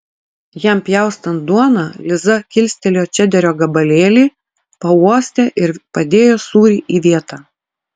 jam pjaustant duoną liza kilstelėjo čederio gabalėlį pauostė ir padėjo sūrį į vietą